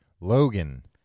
Logan